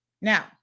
Now